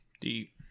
Deep